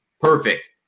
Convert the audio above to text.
Perfect